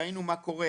ראינו מה קורה